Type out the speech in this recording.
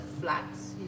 flats